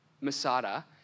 Masada